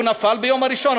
הוא נפל ביום הראשון.